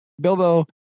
Bilbo